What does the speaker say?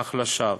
אך לשווא.